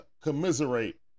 commiserate